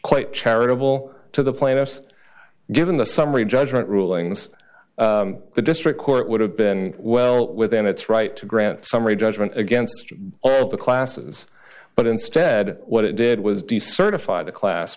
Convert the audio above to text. quite charitable to the plaintiffs given the summary judgment rulings the district court would have been well within its right to grant summary judgment against all the classes but instead what it did was decertified the class